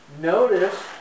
Notice